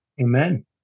Amen